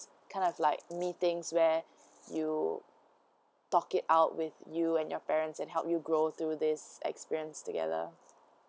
kind of like meetings where you talk it out with you and your parents and help you grow through this experience together